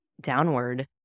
downward